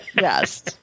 yes